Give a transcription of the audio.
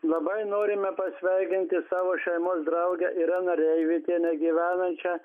labai norime pasveikinti savo šeimos draugę ireną reivikienę gyvenančią